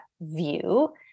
view